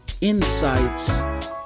insights